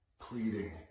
pleading